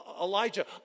Elijah